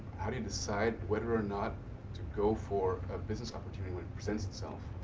how do you decide whether or not to go for a business opportunity when it presents itself?